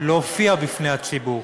להופיע בפני הציבור,